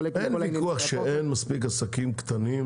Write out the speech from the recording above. אין ויכוח על כך שאין בירושלים מספיק עסקים קטנים